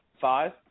Five